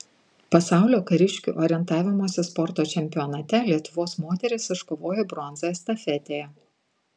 pasaulio kariškių orientavimosi sporto čempionate lietuvos moterys iškovojo bronzą estafetėje